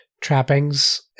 trappings